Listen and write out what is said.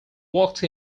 walked